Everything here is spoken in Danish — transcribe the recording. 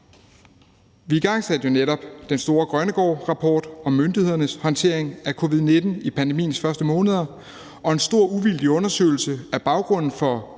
Vi igangsatte jo netop den store Grønnegårdrapport om myndighedernes håndtering af covid-19 i pandemiens første måneder og en stor uvildig undersøgelse af baggrunden for